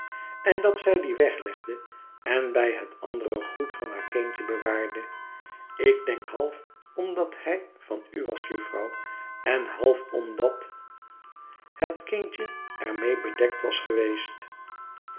en dat zij dien weglegde en bij het andere goed van haar kindje bewaarde ik denk half omdat hij van u was jufvrouw en half omdat het kindje er mee bedekt was geweest